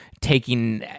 taking